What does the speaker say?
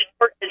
short